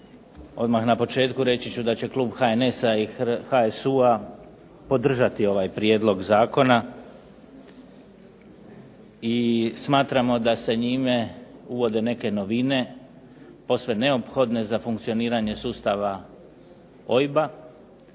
Odmah na početku reći ću da će klub HNS-a i HSU-a podržati ovaj prijedlog zakona i smatramo da se njime uvode neke novine, posve neophodne za funkcioniranje sustava OIB-a,